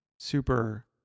super